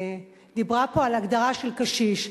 שדיברה פה על הגדרה של קשיש.